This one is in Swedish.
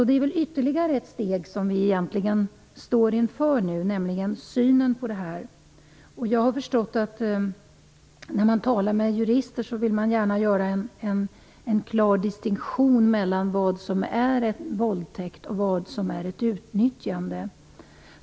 Det vi nu står inför är ytterligare ett steg, nämligen synen på dessa övergrepp. När jag talat med jurister har jag förstått att man gärna vill göra en klar distinktion mellan vad som är våldtäkt och vad som ett utnyttjande.